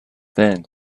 then